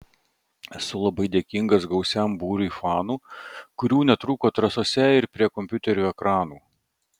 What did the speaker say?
esu labai dėkingas gausiam būriui fanų kurių netrūko trasose ir prie kompiuterių ekranų